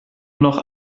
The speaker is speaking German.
noch